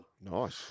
Nice